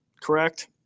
correct